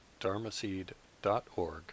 dharmaseed.org